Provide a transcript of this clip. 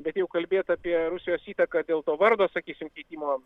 bet jau kalbėt apie rusijos įtaką dėl to vardo sakysime keitimo